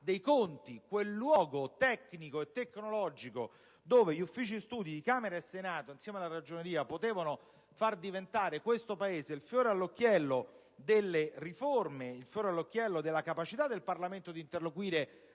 dei conti, un luogo tecnico e tecnologico dove gli Uffici studi di Camera e Senato, insieme alla Ragioneria, potevano far diventare questo Paese il fiore all'occhiello delle riforme e della capacità del Parlamento di interloquire